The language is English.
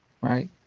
right